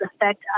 affect